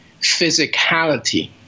physicality